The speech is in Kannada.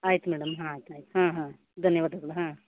ಆಯ್ತು ಮೇಡಮ್ ಹಾಂ ಆಯ್ತು ಆಯ್ತು ಹಾಂ ಹಾಂ ಧನ್ಯವಾದಗಳು ಹಾಂ